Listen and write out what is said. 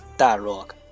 dialogue